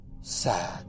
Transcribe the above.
sad